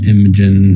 Imogen